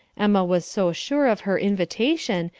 emma was so sure of her invitation,